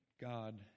God